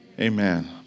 amen